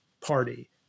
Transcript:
Party